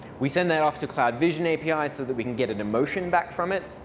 we send that off to cloud vision api so that we can get an emotion back from it.